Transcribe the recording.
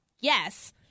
yes